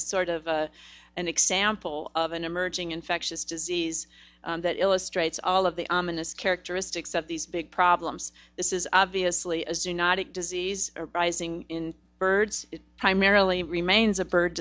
is sort of an example of an emerging infectious disease that illustrates all of the ominous characteristics of these big problems this is obviously a zoonotic disease arising in birds primarily remains a bird